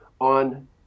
on